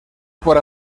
por